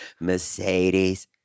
Mercedes